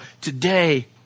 today